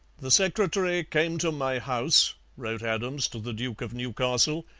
the secretary came to my house wrote adams to the duke of newcastle,